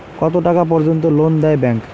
কত টাকা পর্যন্ত লোন দেয় ব্যাংক?